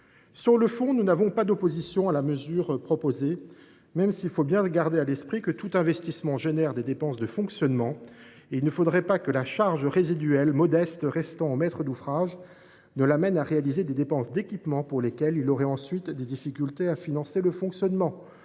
Sur le fond, nous n’avons pas d’opposition à la mesure proposée, même s’il faut bien garder à l’esprit que tout investissement engendre des dépenses de fonctionnement. Il ne faudrait pas que la charge résiduelle modeste restant au maître d’ouvrage l’amène à réaliser des dépenses d’équipement dont il aurait ensuite des difficultés à financer le fonctionnement.